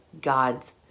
God's